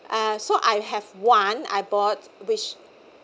uh so I have one I bought which